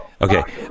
Okay